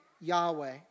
Yahweh